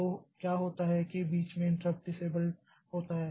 तो क्या होता है कि बीच में इंट्रप्ट डिसेबल्ड होता हैं